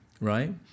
Right